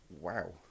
Wow